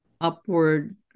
upward